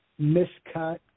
miscut